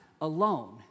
alone